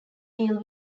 deal